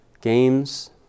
games